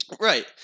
Right